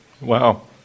Wow